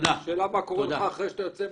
השאלה מה קורא לך אחרי שאתה יוצא מהוועדה.